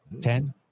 Ten